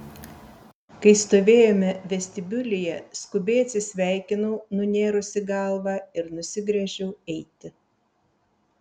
kai stovėjome vestibiulyje skubiai atsisveikinau nunėrusi galvą ir nusigręžiau eiti